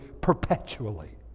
perpetually